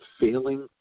failing